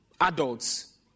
adults